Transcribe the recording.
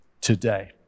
today